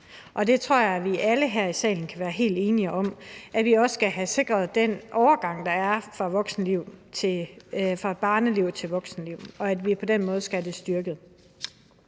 og jeg tror, at vi alle her i salen kan være helt enige om, at vi også skal have sikret den overgang, der er fra barnelivet til voksenlivet, og at vi på den måde skal have den styrket.